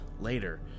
Later